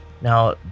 now